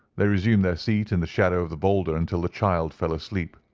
they resumed their seat in the shadow of the boulder until the child fell asleep,